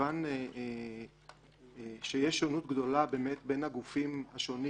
כיוון שיש שונות גדולה בין הגופים השונים